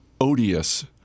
odious